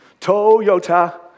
Toyota